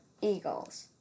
Eagles